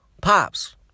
pops